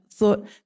thought